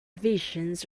visions